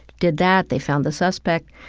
did that, they found the suspect.